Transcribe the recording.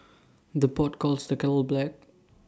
the pot calls the kettle black